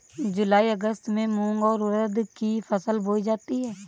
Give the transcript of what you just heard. जूलाई अगस्त में मूंग और उर्द की फसल बोई जाती है